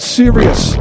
serious